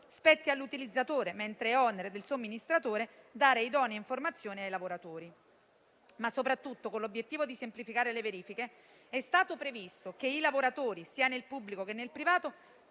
spetti all'utilizzatore, mentre è onere del somministratore dare idonea informazione ai lavoratori. Soprattutto, con l'obiettivo di semplificare le verifiche, è stato previsto che i lavoratori, sia nel pubblico che nel privato,